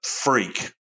freak